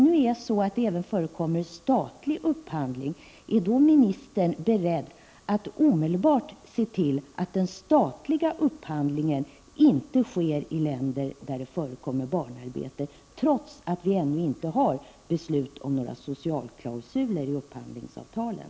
Eftersom det förekommer även statlig upphandling vill jag fråga ministern om han är beredd att omedelbart se till att den statliga upphandlingen inte sker i länder där det förekommer barnarbete, trots att vi ännu inte har beslut om några socialklausuler i upphandlingsavtalen.